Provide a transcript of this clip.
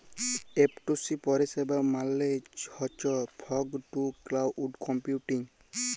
F two C পরিষেবা মালে হছ ফগ টু ক্লাউড কম্পিউটিং